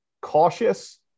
cautious